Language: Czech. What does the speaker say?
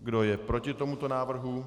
Kdo je proti tomuto návrhu?